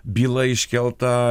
byla iškelta